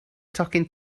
tocyn